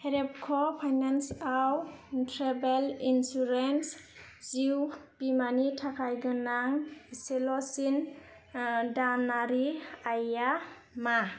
रेपक' फाइनान्सआव travel insurance जिउ बीमानि थाखाय गोनां इसेल'सिन दानारि आइया मा